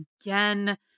again